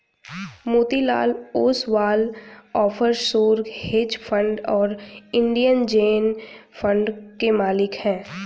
Motilal Oswal offshore hedge fund और India Zen fund के मालिक हैं